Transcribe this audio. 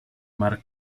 mar